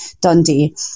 Dundee